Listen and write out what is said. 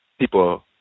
people